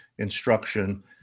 instruction